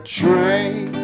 train